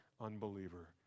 unbeliever